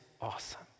awesome